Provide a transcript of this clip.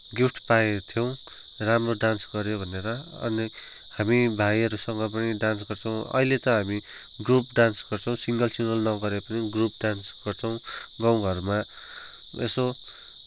gift पाएका थियौँ राम्रो डान्स गऱ्यो भनेर अनि हामी भाइहरूसँग पनि डान्स गर्छौँ अहिले त हामी ग्रुप डान्स गर्छौँ सिङ्गल सिङ्गल नगरे पनि ग्रुप डान्स गर्छौँ गाउँ घरमा यसो